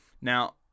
Now